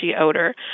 odor